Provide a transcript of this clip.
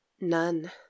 none